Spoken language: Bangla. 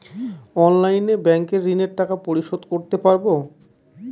অনলাইনে ব্যাংকের ঋণের টাকা পরিশোধ করতে পারবো?